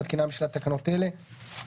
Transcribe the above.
מתקינה הממשלה תקנות אלה: